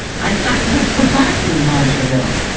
i thought you had forgot me, montraville,